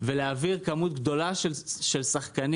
ולהעביר כמות גדולה של שחקנים,